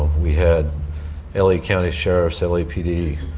we had l a. county sheriffs, lapd,